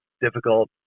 difficult